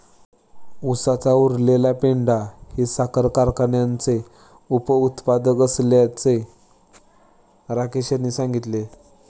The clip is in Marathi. उसाचा उरलेला पेंढा हे साखर कारखान्याचे उपउत्पादन असल्याचे राकेश यांनी सांगितले